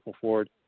forward